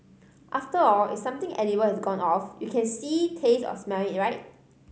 after all if something edible has gone off you can see taste or smell it right